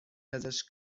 ازش